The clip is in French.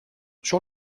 sur